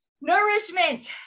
Nourishment